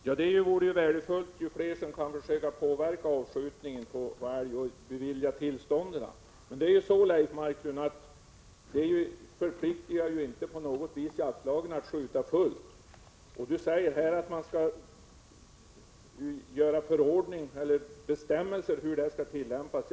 Fru talman! Det är värdefullt ju fler som kan försöka påverka avskjutningen av älg och bevilja tillstånden. Men, Leif Marklund, detta förpliktigar inte på något sätt jaktlagen att skjuta så mycket som de har tillstånd till. Leif Marklund säger att man skall utfärda bestämmelser för hur detta skall tillämpas.